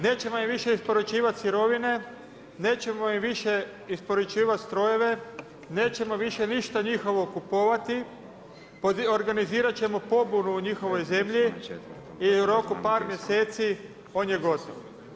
Nećemo im više isporučivat sirovine, nećemo im više isporučivat strojeve, nećemo ništa njihovo kupovati, organizirat ćemo pobunu u njihovoj zemlji i u roku par mjeseci on je gotov.